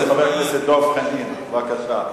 חבר הכנסת דב חנין, בבקשה.